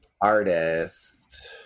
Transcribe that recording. artist